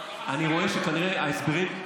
אני רואה שכנראה ההסברים,